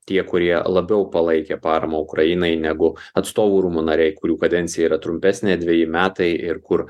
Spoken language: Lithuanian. tie kurie labiau palaikė paramą ukrainai negu atstovų rūmų nariai kurių kadencija yra trumpesnė dveji metai ir kur